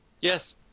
Yes